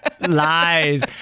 Lies